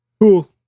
Cool